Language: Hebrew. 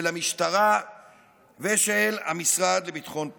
של המשטרה ושל המשרד לביטחון הפנים.